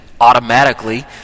automatically